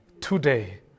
today